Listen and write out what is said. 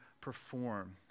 perform